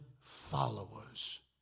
followers